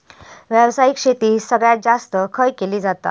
व्यावसायिक शेती सगळ्यात जास्त खय केली जाता?